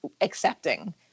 accepting